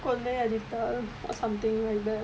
கொள்ளையடித்தால்:kollaiyadithaal or something like that